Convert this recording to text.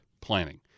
planning